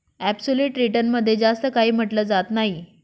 absolute return मध्ये जास्त काही म्हटलं जात नाही